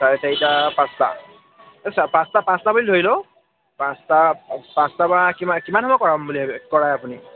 চাৰে চাৰিটা পাঁচটা পাঁচটা পাঁচটা বুলি ধৰি লওঁ পাঁচটা পাঁচটা পৰা কিমান কিমান সময় কৰাম বুলি ভাব কৰায় আপুনি